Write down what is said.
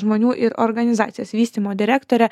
žmonių ir organizacijos vystymo direktorė